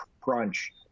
crunch